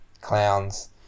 clowns